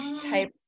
type